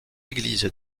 église